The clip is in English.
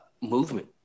movement